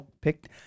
picked